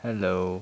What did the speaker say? hello